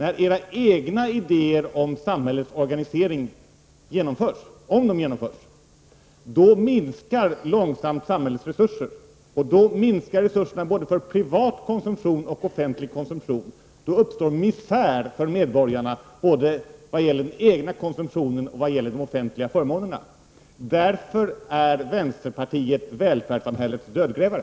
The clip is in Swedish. Om era egna idéer om samhällets organisering genomförs minskar samhällets resurser långsamt, och då minskar resurserna både för privat konsumtion och för offentlig konsumtion. Då uppstår misär för medborgarna, både när det gäller den egna konsumtionen och när det gäller de offentliga förmånerna. Därför är vänsterpartiet välfärdssamhällets dödgrävare!